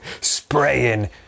spraying